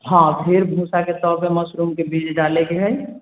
हँ फेर भूसा के टब मे मशरूम बीज डालै के है